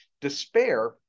despair